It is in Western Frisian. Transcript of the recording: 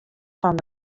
fan